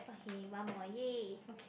okay one more !yay!